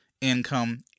income